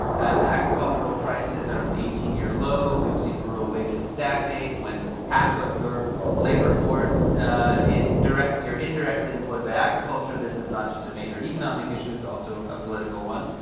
agricultural prices are at an eighteen year low. we've seen rural wages stagnate. when half of your labor force is directly or indirectly employed by agriculture, this is not just a major economic issue, it's also a political one.